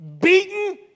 beaten